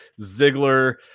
Ziggler